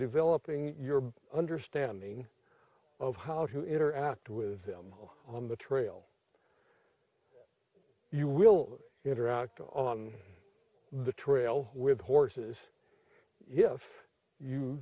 developing your understanding of how to interact with them on the trail you will interact on the trail with horses if you